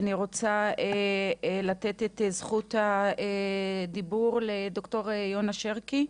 אני רוצה לתת את זכות הדיבור לד"ר יונה שרקי,